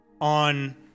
on